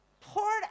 poured